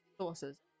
sources